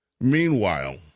Meanwhile